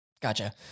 Gotcha